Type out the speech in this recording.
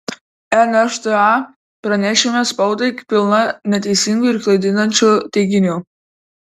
nšta pranešime spaudai pilna neteisingų ir klaidinančių teiginių